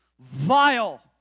vile